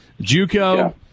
JUCO